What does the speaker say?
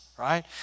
right